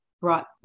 brought